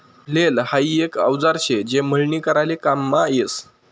flail हाई एक औजार शे जे मळणी कराले काममा यस